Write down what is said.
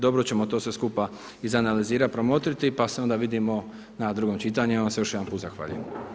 Dobro ćemo to sve skupa izanalizirati, promotriti, pa se onda vidimo na drugom čitanju, ja vam se još jedanput zahvaljujem.